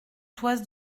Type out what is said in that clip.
toises